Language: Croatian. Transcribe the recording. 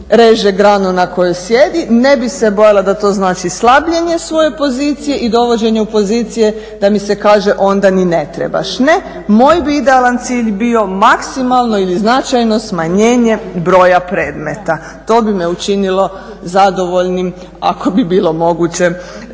reže granu na kojoj sjedi, ne bi se bojala da to znači slabljenje svoje pozicije i dovođenje u pozicije da mi se kaže onda ni ne trebaš. Ne, moj bi idealan cilj bio maksimalno ili značajno smanjenje broja predmeta, to bi me učinilo zadovoljnim, ako bi bilo moguće